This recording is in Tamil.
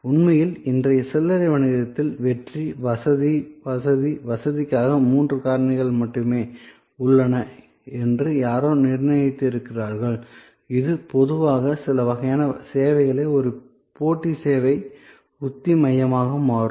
உண்மையில் இன்றைய சில்லறை வணிகத்தில் வெற்றி வசதி வசதி வசதிக்காக மூன்று காரணிகள் மட்டுமே உள்ளன என்று யாரோ நிர்ணயித்திருக்கிறார்கள் இது பொதுவாக சில வகையான சேவைகளில் ஒரு போட்டி சேவை உத்தி மையமாக மாறும்